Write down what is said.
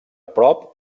prop